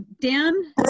Dan